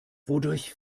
wodurch